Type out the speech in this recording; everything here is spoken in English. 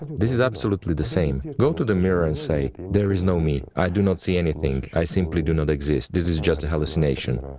this is absolutely the same. come you know to the mirror and say there is no me, i do not see anything, i simply do not exist, this is just a hallucination,